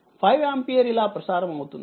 5ఆంపియర్ఇలా ప్రసారం అవుతుంది